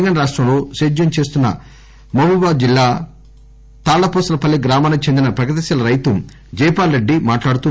తెలంగాణ రాష్టంలో సేద్యం చేస్తున్న మహబూబా బాద్ జిల్లా తాళ్లపూసలపల్లి గ్రామానికి చెందిన ప్రగతిశీల రైతు జైపాల్ రెడ్డి మాట్లాడుతూ